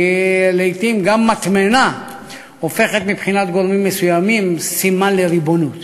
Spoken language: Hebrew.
כי לעתים גם מטמנה הופכת מבחינת גורמים מסוימים סימן לריבונות.